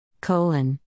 Colon